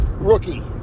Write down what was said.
rookie